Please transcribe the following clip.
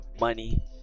money